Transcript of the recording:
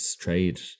trade